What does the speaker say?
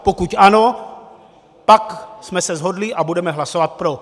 Pokud ano, pak jsme se shodli a budeme hlasovat pro.